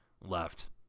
Left